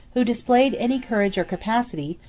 who displayed any courage or capacity,